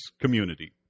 community